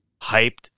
Hyped